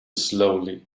slowly